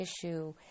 issue